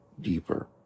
deeper